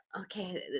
okay